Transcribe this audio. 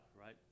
right